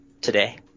today